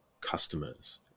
customers